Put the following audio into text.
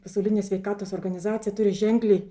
pasaulinė sveikatos organizacija turi ženkliai